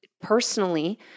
personally